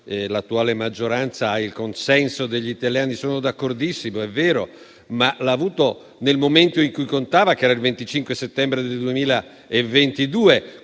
l'attuale maggioranza ha il consenso degli italiani. Sono d'accordissimo, è vero, ma l'ha avuto nel momento in cui contava, ossia il 25 settembre 2022.